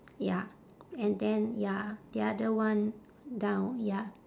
ya and then ya the other one down ya